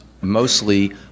mostly